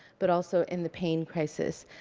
but also in the pain crisis.